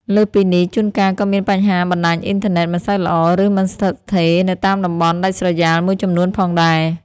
លើសពីនេះ ជួនកាលក៏មានបញ្ហាបណ្ដាញអ៊ីនធឺណិតមិនសូវល្អ ឬមិនស្ថិតស្ថេរ នៅតាមតំបន់ដាច់ស្រយាលមួយចំនួនផងដែរ។